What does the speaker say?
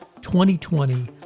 2020